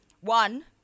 one